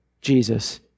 Jesus